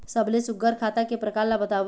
सबले सुघ्घर खाता के प्रकार ला बताव?